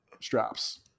straps